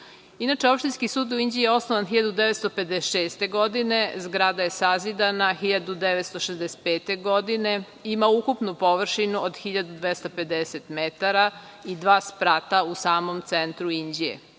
Opštinski sud u Inđiji je osnovan 1956. godine. Zgrada je sazidana 1965. godine i ima ukupno površinu od 1.250 metara i dva sprata u samom centru Inđije.